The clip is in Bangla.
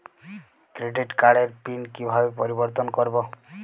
ক্রেডিট কার্ডের পিন কিভাবে পরিবর্তন করবো?